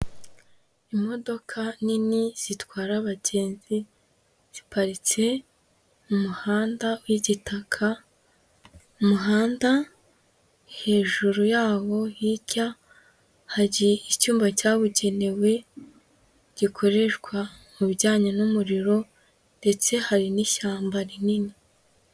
Imodoka nini zitwara abagenzi ziparitse mu muhanda w'igitaka, umuhanda hejuru yawo hirya hari icyumba cyabugenewe, gikoreshwa mu bijyanye n'umuriro ndetse hari n'ishyamba rinini.